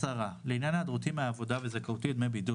הצהרה לעניין היעדרותי מהעבודה וזכאותי לדמי בידוד,